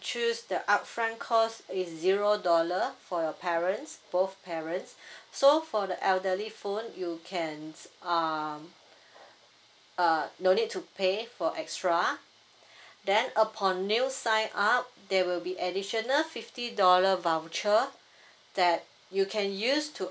choose the upfront cost is zero dollar for your parents both parents so for the elderly phone you can um uh no need to pay for extra then upon new sign up there will be additional fifty dollar voucher that you can use to